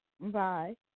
Bye